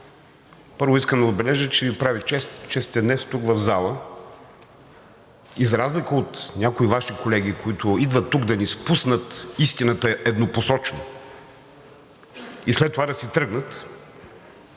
първо искам да отбележа, че Ви прави чест, че сте днес тук в залата. И за разлика от някои Ваши колеги, които идват тук да ни спуснат истината еднопосочно и след това да си тръгнат,